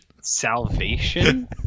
Salvation